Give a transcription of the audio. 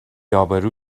ابرو